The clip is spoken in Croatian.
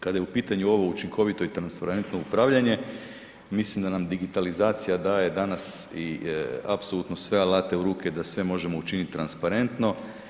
Kada je u pitanju ovo učinkovito i transparentno upravljanje, mislim da nam digitalizacija daje danas i apsolutno sve alate u ruke da sve možemo učiniti transparentno.